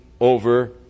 over